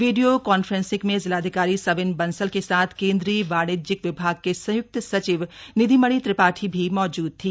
video conferencing में जिलाधिकारी सविन बंसल के साथ केंद्रीय वाणिज्यिक विभाग के संयुक्त सचिव निधिमणी त्रिपाठी भी मौजूद थी